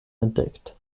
entdeckt